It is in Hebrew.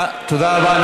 תודה רבה.